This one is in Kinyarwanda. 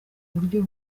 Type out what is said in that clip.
uburyo